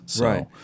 Right